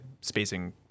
spacing